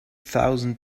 thousand